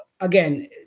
again